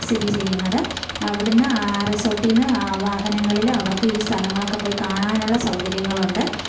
സ്ഥിതി ചെയ്യുന്നത് അവിടെന്ന് ആ റിസോട്ടീന്ന് ആ വാഹനങ്ങളിൽ അവർക്ക് ഈ സ്ഥലങ്ങളൊക്കെ പോയി കാണാനുള്ള സൗകര്യങ്ങളുണ്ട്